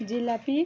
jalebi